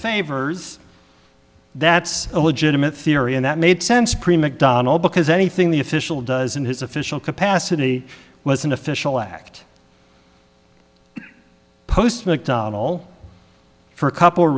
favors that's a legitimate theory and that made sense prima donna because anything the official does in his official capacity was an official act post mcdonnell for a couple